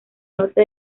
norte